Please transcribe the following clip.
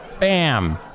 bam